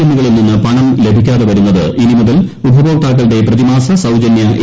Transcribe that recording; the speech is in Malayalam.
എമ്മു കളിൽ നിന്ന് പണം ലഭിക്കാതെ വരുന്നത് ഇനി മുതൽ ഉപഭോക്താക്കളുടെ പ്രതിമാസ സൌജന്യ എ